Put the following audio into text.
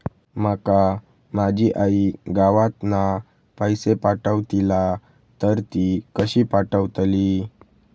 माका माझी आई गावातना पैसे पाठवतीला तर ती कशी पाठवतली?